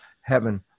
Heaven